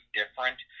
different